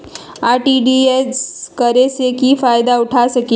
RTGS करे से की फायदा उठा सकीला?